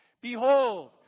Behold